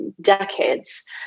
decades